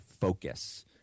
focus